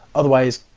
otherwise,